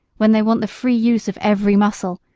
when they want the free use of every muscle,